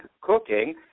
cooking